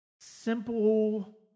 simple